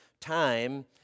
time